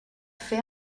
fer